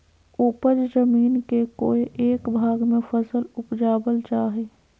उपज जमीन के कोय एक भाग में फसल उपजाबल जा हइ